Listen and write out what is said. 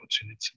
opportunity